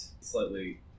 slightly